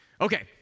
Okay